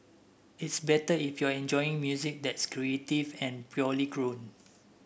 it's better if you're enjoying music that's creative and purely grown